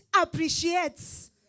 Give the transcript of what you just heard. appreciates